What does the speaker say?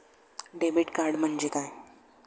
Debit card म्हणजे काय?